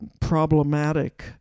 problematic